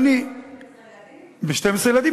שתים-עשרה ילדים?